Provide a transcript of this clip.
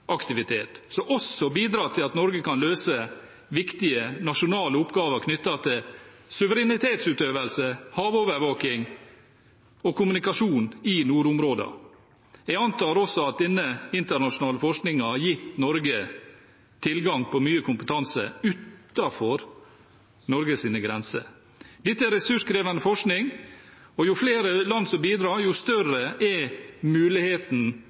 som også bidrar til at Norge kan løse viktige nasjonale oppgaver knyttet til suverenitetsutøvelse, havovervåkning og kommunikasjon i nordområdene. Jeg antar også at denne internasjonale forskningen har gitt Norge tilgang på mye kompetanse utenfor Norges grenser. Dette er ressurskrevende forskning, og jo flere land som bidrar, jo større er muligheten